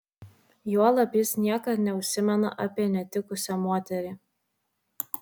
juolab jis niekad neužsimena apie netikusią moterį